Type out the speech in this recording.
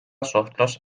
suhtlus